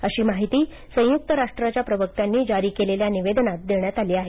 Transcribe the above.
अशी माहिती संयुक्त राष्ट्राच्या प्रवक्त्यांनी जारी केलेल्या निवेदनांत देण्यात आली आहे